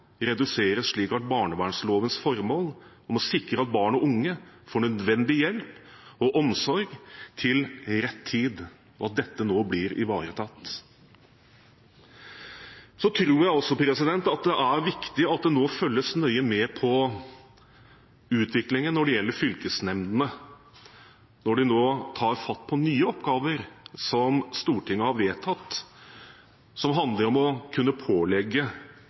reduseres slik at barnevernlovens formål om å sikre at barn og unge får nødvendig hjelp og omsorg til rett tid, nå blir ivaretatt. Jeg tror også at det er viktig at det nå følges nøye med på utviklingen når det gjelder fylkesnemndene, når de nå skal ta fatt på nye oppgaver som Stortinget har vedtatt, og som handler om å kunne pålegge